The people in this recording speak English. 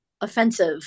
offensive